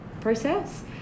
process